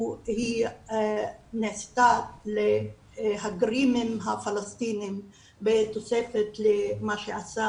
היא נעשתה לגרים הפלסטינים בתוספת למה שעשה